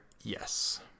Yes